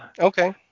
Okay